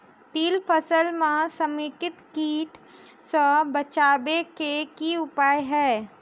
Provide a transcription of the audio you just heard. तिल फसल म समेकित कीट सँ बचाबै केँ की उपाय हय?